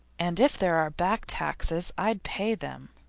and if there are back taxes i'd pay them.